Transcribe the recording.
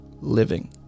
living